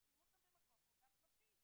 לשים אותם במקום כל כך נפיץ.